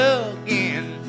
again